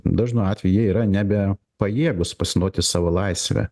dažnu atveju jie yra nebe pajėgūs pasinaudoti savo laisve